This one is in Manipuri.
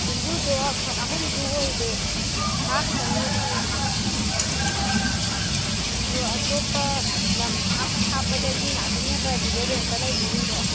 ꯌꯨꯝꯕꯨꯗꯣ ꯈꯔ ꯑꯍꯟꯁꯨ ꯑꯣꯏꯔꯦ ꯃꯥ ꯈꯛꯇꯪꯅꯦꯕ ꯂꯩꯔꯤꯗꯣ ꯑꯗꯨ ꯑꯇꯣꯞꯄ ꯂꯝ ꯊꯥꯞꯄ ꯊꯥꯞꯄꯗꯒꯤ ꯉꯥꯛꯇꯅꯦꯕ ꯑꯗꯨꯗ ꯔꯦꯟꯇ ꯂꯩꯔꯤꯁꯤꯡꯗꯣ